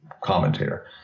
commentator